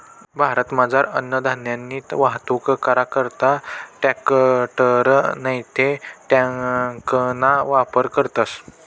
भारतमझार अन्नधान्यनी वाहतूक करा करता ट्रॅकटर नैते ट्रकना वापर करतस